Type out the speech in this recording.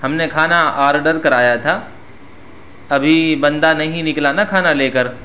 ہم نے کھانا آرڈر کرایا تھا ابھی بندہ نہیں نکلا نا کھانا لے کر